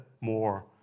more